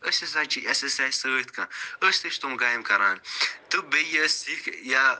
أسۍ ہسا چھِ اسہِ ہسا چھِ سۭتۍ کانٛہہ أسۍ تہِ چھِ تِم کامہِ کران تہٕ بیٚیہِ یہِ أسۍ یہِ یا